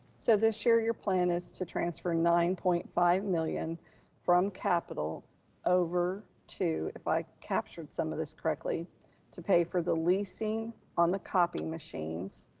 so this year your plan is to transfer nine point five million from capital over to, if i captured some of this correctly to pay for the leasing on the copy machines,